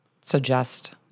suggest